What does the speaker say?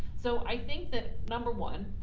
so i think that number one,